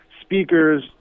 speakers